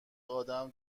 آدم